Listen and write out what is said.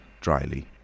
dryly